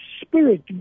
spirit